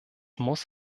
muss